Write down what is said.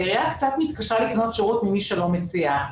העירייה קצת מתקשה לקנות שירות ממי שלא מציע.